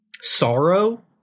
sorrow